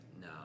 No